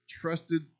trusted